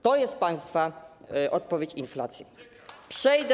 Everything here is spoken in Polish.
To jest państwa odpowiedź na inflację.